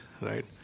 Right